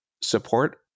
support